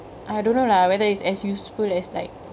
I don't know lah whether it is as useful as like